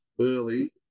early